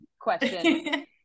question